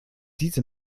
diese